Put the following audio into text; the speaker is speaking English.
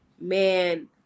man